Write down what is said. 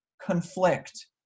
conflict